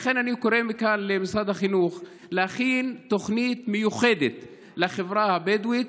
לכן אני קורא מכאן למשרד החינוך להכין תוכנית מיוחדת לחברה הבדואית,